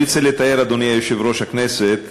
אני רוצה לתאר, אדוני יושב-ראש הכנסת: